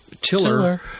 tiller